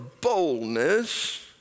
boldness